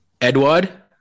Edward